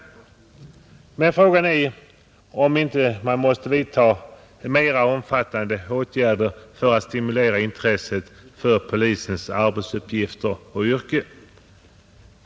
Men frågan är om man inte måste vidta mera omfattande åtgärder för att stimulera intresset för polisens arbetsuppgifter och yrke.